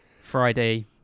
friday